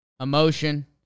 Emotion